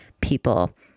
people